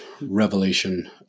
revelation